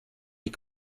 les